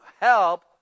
help